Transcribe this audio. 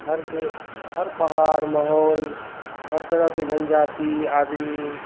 हर पहाड़ माहौल हर तरहके जनजाति आदमी